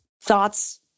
thoughts